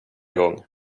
gång